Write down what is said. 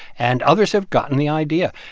and others have gotten the idea.